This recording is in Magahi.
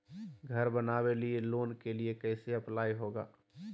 घर बनावे लिय लोन के लिए कैसे अप्लाई होगा?